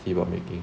if you are making